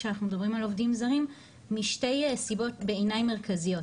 כשאנחנו מדברים על עובדים זרים משתי סיבות בעיני מרכזיות.